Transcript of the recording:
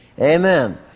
Amen